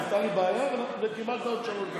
הייתה לי בעיה, וקיבלת עוד שלוש דקות.